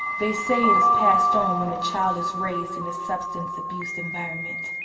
they say it is passed on when a child is raised in a substance abuse environment.